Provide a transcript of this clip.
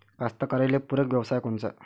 कास्तकाराइले पूरक व्यवसाय कोनचा?